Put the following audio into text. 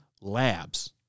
Labs